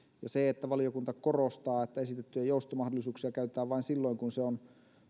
ja se että valiokunta korostaa että esitettyjä joustomahdollisuuksia käytetään vain silloin kun se on